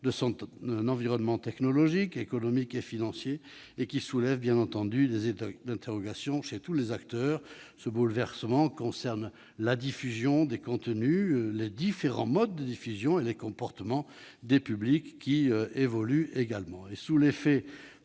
de son environnement technologique, économique et financier, qui soulève des interrogations chez tous les acteurs. Ce bouleversement concerne la diffusion des contenus et les comportements des publics, qui évoluent également. Sous l'effet